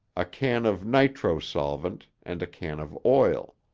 a can of nitro solvent and a can of oil.